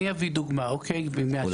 אני אביא דוגמה מהשטח.